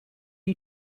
you